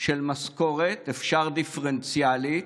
של משכורת, אפשר דיפרנציאלית.